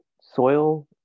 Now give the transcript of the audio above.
soil